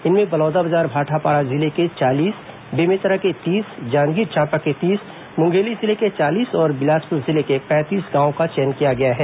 इनमें बलौदाबाजार भाटापारा जिले के चालीस बेमेतरा के तीस जांजगीर चांपा के तीस मुंगेली जिले के चालीस और बिलासपुर जिले के पैंतीस गांवों का चयन किया गया है